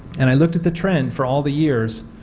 and i looked at the trend for all the years,